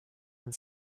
and